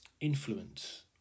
influence